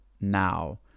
now